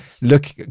look